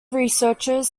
researchers